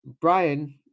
Brian